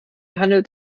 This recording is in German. handelt